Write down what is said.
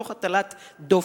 תוך הטלת דופי,